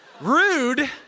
rude